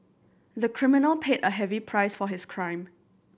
the criminal paid a heavy price for his crime